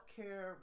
healthcare